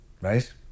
Right